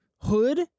hood